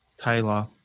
Taylor